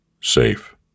Safe